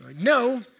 No